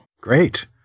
Great